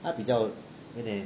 他比较有点